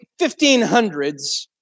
1500s